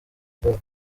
bwabo